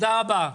תודה רבה.